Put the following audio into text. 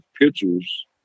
pictures